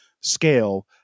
scale